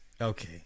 Okay